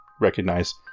recognize